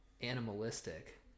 animalistic